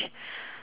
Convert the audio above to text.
seashells